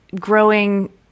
growing